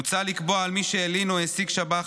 מוצע לקבוע: על מי שהלין או העסיק שב"ח,